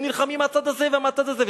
הם נלחמים מהצד הזה ומהצד הזה,